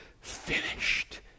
finished